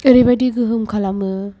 ओरैबायदि गोहोम खालामो